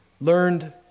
learned